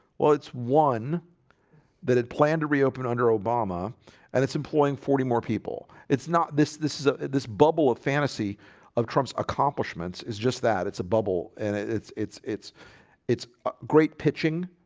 well, it's one that it planned to reopen under obama and it's employing forty more people it's not this this is a this bubble of fantasy of trumps accomplishments is just that it's a bubble and it's it's it's it's great pitching